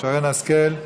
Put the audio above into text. שרן השכל,